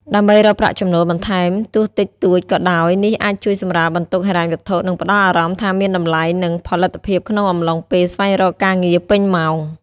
ដើម្បីរកប្រាក់ចំណូលបន្ថែមទោះតិចតួចក៏ដោយនេះអាចជួយសម្រាលបន្ទុកហិរញ្ញវត្ថុ និងផ្ដល់អារម្មណ៍ថាមានតម្លៃ និងផលិតភាពក្នុងអំឡុងពេលស្វែងរកការងារពេញម៉ោង។